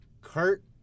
Kurt